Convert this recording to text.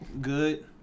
good